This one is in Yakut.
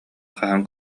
хаһан